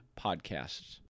podcasts